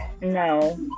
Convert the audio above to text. No